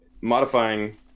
modifying